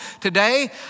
today